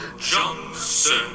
Johnson